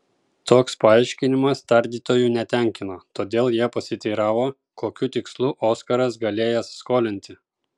toks paaiškinimas tardytojų netenkino todėl jie pasiteiravo kokiu tikslu oskaras galėjęs skolinti